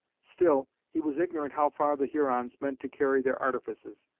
still, he was ignorant how far the hurons meant to carry their artifices,